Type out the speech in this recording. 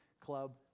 club